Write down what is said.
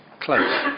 Close